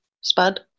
spud